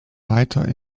weiter